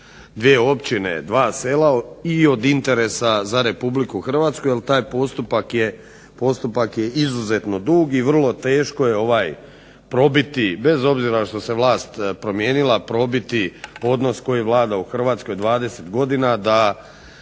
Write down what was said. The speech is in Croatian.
dvije općine i dva sela i od interesa za Republiku Hrvatsku jer taj postupak je izuzetno dug i vrlo teško je probiti bez obzira što se vlast promijenila probiti odnos koji vlada u Hrvatskoj 20 godina da